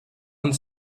und